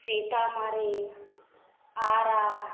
Sitamarhi Ara